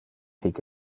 hic